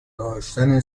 داشتن